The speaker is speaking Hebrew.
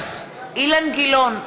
נוכח אילן גילאון,